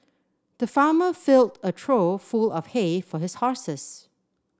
the farmer filled a trough full of hay for his horses